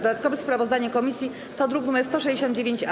Dodatkowe sprawozdanie komisji to druk nr 169-A.